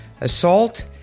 assault